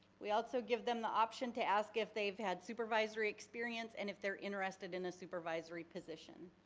we also give them the option to ask if they had supervisory experience and if they are interested in a supervisory position.